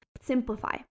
simplify